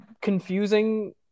confusing